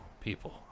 people